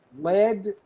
led